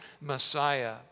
Messiah